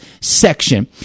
section